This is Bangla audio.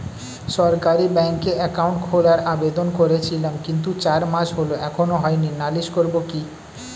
সরকারি ব্যাংকে একাউন্ট খোলার আবেদন করেছিলাম কিন্তু চার মাস হল এখনো হয়নি নালিশ করব কি?